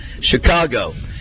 Chicago